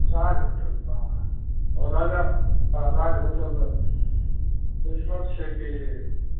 राज होटलमे तऽ राजा राज होटलमे बैष्णव छै कि